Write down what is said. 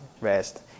rest